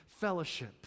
fellowship